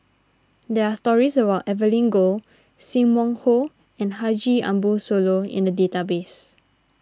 there are stories about Evelyn Goh Sim Wong Hoo and Haji Ambo Sooloh in the database